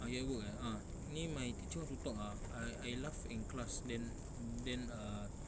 I at work eh ah ni my teacher want to talk ah I I laugh in class then then err